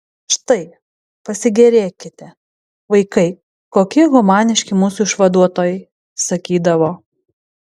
štai pasigėrėkite vaikai kokie humaniški mūsų išvaduotojai sakydavo